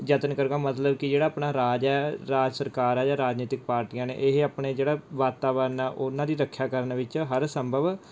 ਯਤਨ ਕਰ ਰਹੀਆਂ ਮਤਲਬ ਕਿ ਜਿਹੜਾ ਆਪਣਾ ਰਾਜ ਹੈ ਰਾਜ ਸਰਕਾਰ ਹੈ ਜਾਂ ਰਾਜਨੀਤਿਕ ਪਾਰਟੀਆਂ ਨੇ ਇਹ ਆਪਣੇ ਜਿਹੜਾ ਵਾਤਾਵਰਨ ਹੈ ਉਨ੍ਹਾਂ ਦੀ ਰੱਖਿਆ ਕਰਨ ਵਿੱਚ ਹਰ ਸੰਭਵ